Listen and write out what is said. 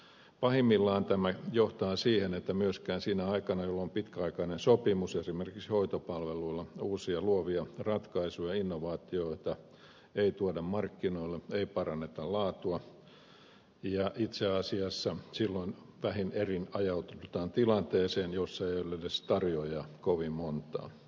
pahimmillaan tämä johtaa siihen että myöskään sinä aikana joilla on pitkäaikainen sopimus esimerkiksi hoitopalveluilla uusia luovia ratkaisuja innovaatioita ei tuoda markkinoille ei paranneta laatua ja itse asiassa silloin vähin erin ajaudutaan tilanteeseen jossa ei ole edes tarjoajia kovin montaa